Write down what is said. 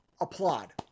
Applaud